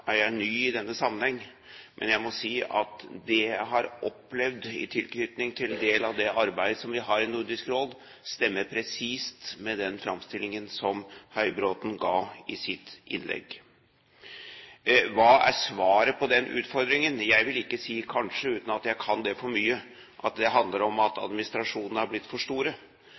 er jeg ny i denne sammenheng, men jeg må si at det jeg har opplevd i tilknytning til en del av det arbeidet som vi har i Nordisk Råd, stemmer presist med den framstillingen som Høybråten ga i sitt innlegg. Hva er svaret på den utfordringen? Jeg vil ikke si at det kanskje – uten at jeg kan det for mye – handler om at administrasjonene er blitt for store.